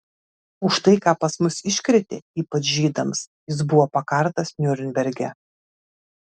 už tai ką pas mus iškrėtė ypač žydams jis buvo pakartas niurnberge